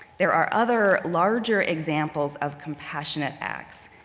there are other, larger examples of compassionate acts,